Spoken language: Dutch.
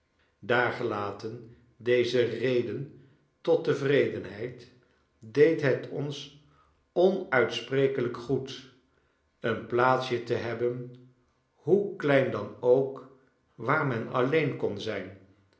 daargelaten deze reden tot tevredenheid deed het ons onuitsprekelijk goed een plaatsje te hebben hoe klein dan ook waar men alleen kon zijn